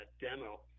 demo